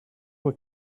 were